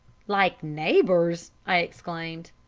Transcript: like neighbours! i exclaimed.